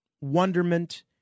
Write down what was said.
wonderment